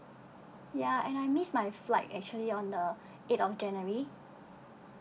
ya and I miss my flight actually on the eight of january